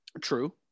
True